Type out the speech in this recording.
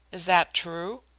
is that true?